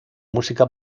música